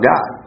God